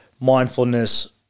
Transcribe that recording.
mindfulness